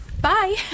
Bye